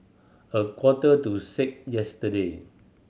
a quarter to six yesterday